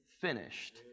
finished